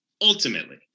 Ultimately